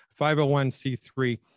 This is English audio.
501c3